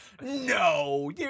no